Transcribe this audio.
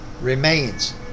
remains